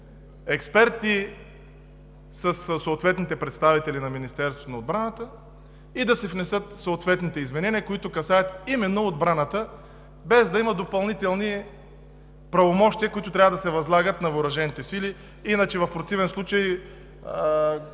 експерти с представителите на Министерството на отбраната и да си внесат съответните изменения, които касаят именно отбраната, без да има допълнителни правомощия, които трябва да се възлагат на въоръжените сили. В противен случай говорим